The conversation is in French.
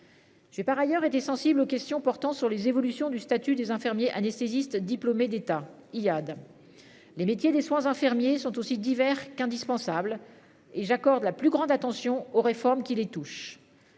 J'ai par ailleurs été sensible aux questions portant sur les évolutions du statut des infirmiers anesthésistes diplômés d'État Iyad. Les métiers des soins infirmiers sont aussi divers qu'indispensable et j'accorde la plus grande attention aux réformes qui les touchent.